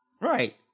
Right